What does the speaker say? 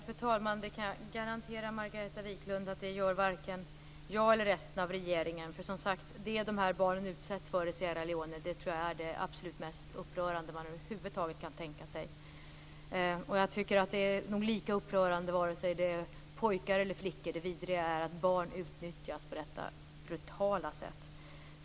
Fru talman! Nej, jag kan garantera Margareta Viklund att det gör varken jag eller resten av regeringen, för, som sagt, det som dessa barn i Sierra Leona utsätts för tror jag är det absolut mest upprörande man över huvud taget kan tänka sig. Jag tycker nog att det är lika upprörande vare sig det handlar om pojkar eller flickor. Det vidriga är att barn utnyttjas på detta brutala sätt.